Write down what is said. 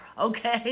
okay